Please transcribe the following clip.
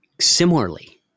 Similarly